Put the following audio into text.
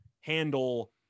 handle